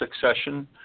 succession